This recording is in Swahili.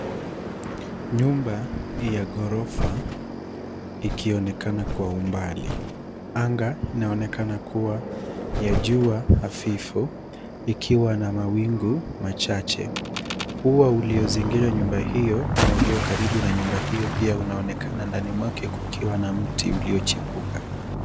Nyumba ya gorofa, ikionekana kwa umbali. Anga inaonekana kuwa ya jua hafifu ikiwa na mawingu machache. Ua uliozingira nyumba hiyo ama ulio karibu na nyumba hiyo pia unaonekana ndani mwake kukiwa na mti uliochipuka.